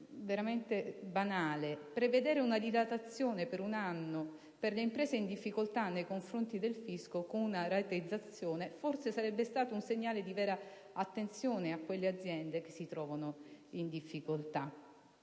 veramente banale; prevedere una dilatazione per un anno per le imprese in difficoltà nei confronti del fisco con una rateizzazione forse sarebbe stato un segnale di vera attenzione a quelle aziende che appunto si trovano in difficoltà.